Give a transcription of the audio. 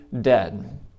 dead